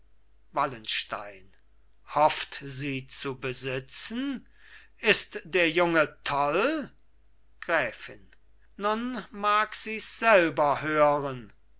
wallenstein hofft sie zu besitzen ist der junge toll gräfin nun mag sies selber hören